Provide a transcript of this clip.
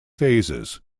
phases